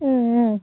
ம் ம்